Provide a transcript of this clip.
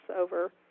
over